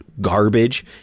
garbage